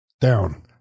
Down